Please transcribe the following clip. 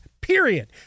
period